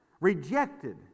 Rejected